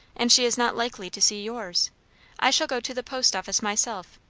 and she is not likely to see yours i shall go to the post office myself.